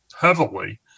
heavily